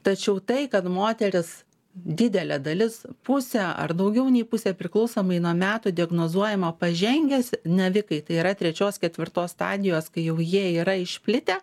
tačiau tai kad moteris didelė dalis pusė ar daugiau nei pusė priklausomai nuo metų diagnozuojama pažengęs navikai tai yra trečios ketvirtos stadijos kai jau jie yra išplitę